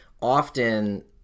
often